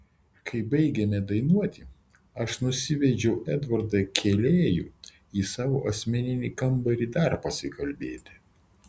kai baigėme dainuoti aš nusivedžiau edvardą kėlėjų į savo asmeninį kambarį dar pasikalbėti